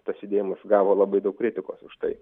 tas judėjimas gavo labai daug kritikos už tai